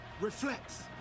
reflects